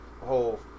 Whole